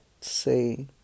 say